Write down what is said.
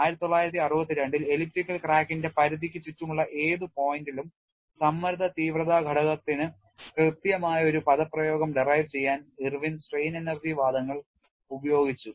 1962 ൽ എലിപ്റ്റിക്കൽ ക്രാക്കിന്റെ പരിധിക്കു ചുറ്റുമുള്ള ഏത് point ലും സമ്മർദ്ദ തീവ്രത ഘടകത്തിന് കൃത്യമായ ഒരു പദപ്രയോഗം derive ചെയ്യാൻ ഇർവിൻ strain energy വാദങ്ങൾ ഉപയോഗിച്ചു